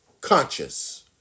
Conscious